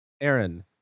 Aaron